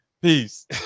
Peace